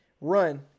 run